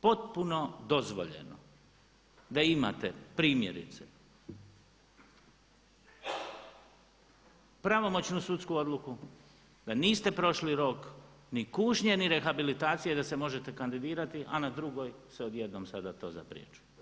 potpuno dozvoljeno da imate primjerice pravomoćnu sudsku odluku, da niste prošli rok ni kušnje ni rehabilitacije i da se možete kandidirati, a na drugoj se sada to odjednom zapriječilo.